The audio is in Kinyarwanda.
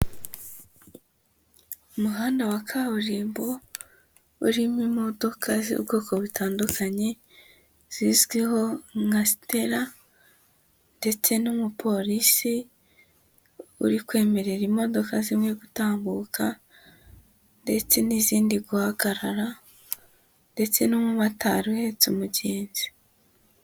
Umuhanda wa kaburimbo urimo imodoka z'ubwoko butandukanye, zizwiho nka Sitera ndetse n'umupolisi uri kwemerera imodoka zimwe gutambuka ndetse n'izindi guhagarara ndetse n'umumotari uhetse mugenzi.